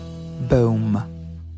Boom